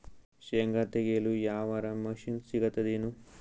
ಶೇಂಗಾ ತೆಗೆಯಲು ಯಾವರ ಮಷಿನ್ ಸಿಗತೆದೇನು?